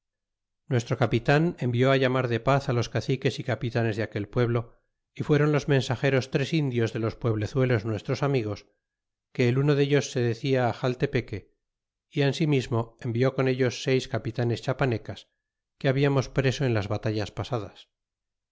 nuestro capitan envió llamar de taz á los caciques y capilanos de aquel pueblo fuéron los mensageros tres indios de los pueble zedas nuestros amigos que el uno dellos se decia tepeque y ausimismo envió con ellos seis capitanes chiapanecas que hablamos preso te las batallas pasadas